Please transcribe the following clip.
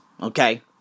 Okay